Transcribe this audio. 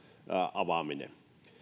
avaaminen